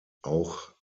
auch